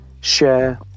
share